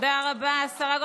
תודה רבה לשרה.